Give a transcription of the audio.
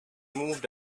moved